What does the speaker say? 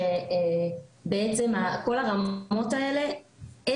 שכל הרמות האלה,